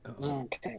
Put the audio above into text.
Okay